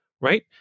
right